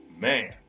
Man